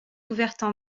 ouvertes